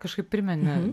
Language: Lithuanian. kažkaip primeni